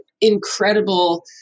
incredible